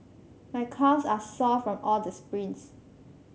my calves are sore from all the sprints